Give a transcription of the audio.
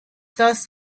thus